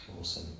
Awesome